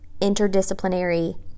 interdisciplinary